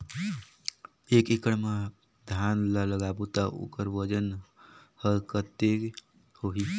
एक एकड़ मा धान ला लगाबो ता ओकर वजन हर कते होही?